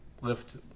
lift